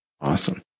Awesome